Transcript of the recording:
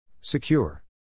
Secure